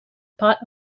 part